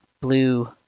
blue